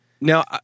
Now